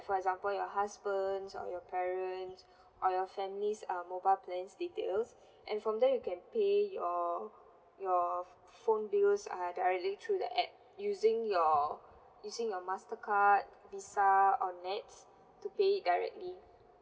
for example your husband's or your parents' or your family's uh mobile plans details and from there you can pay your your phone bills uh directly through the app using your using your mastercard visa or NETS to pay it directly